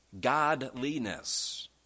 Godliness